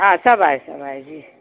हा सभु आहे सभु आहे जी